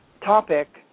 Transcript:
topic